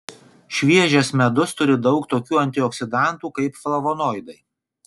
šviežias medus turi daug tokių antioksidantų kaip flavonoidai